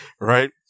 right